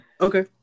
Okay